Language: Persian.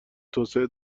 توسعه